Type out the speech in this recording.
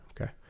Okay